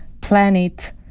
planet